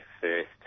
first